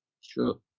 Sure